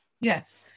yes